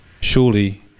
surely